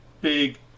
big